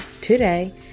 today